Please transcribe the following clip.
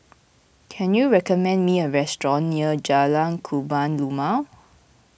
can you recommend me a restaurant near Jalan Kebun Limau